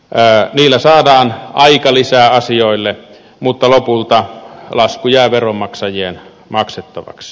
sillä saadaan aikalisää asioille mutta lopulta lasku jää veronmaksajien maksettavaksi